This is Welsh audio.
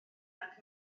nac